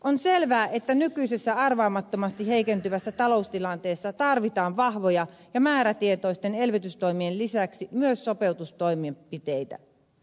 on selvää että nykyisessä arvaamattomasti heikentyvässä taloustilanteessa tarvitaan vahvojen ja määrätietoisten elvytystoimien lisäksi myös sopeutustoimenpiteitä